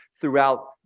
throughout